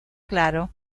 claro